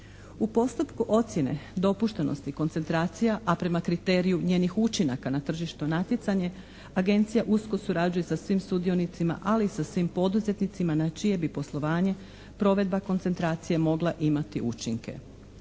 U postupku ocjene dopuštenosti koncentracija a prema kriteriju njenih učinaka na tržištu natjecanje Agencija usko surađuje sa svim sudionicima ali i sa svim poduzetnicima na čije bi poslovanje provedba koncentracije mogla imati učinke.